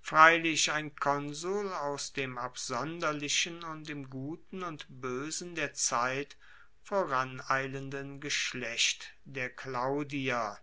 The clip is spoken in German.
freilich ein konsul aus dem absonderlichen und im guten und boesen der zeit voraneilenden geschlecht der claudier